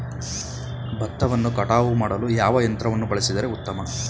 ಭತ್ತವನ್ನು ಕಟಾವು ಮಾಡಲು ಯಾವ ಯಂತ್ರವನ್ನು ಬಳಸಿದರೆ ಉತ್ತಮ?